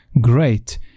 Great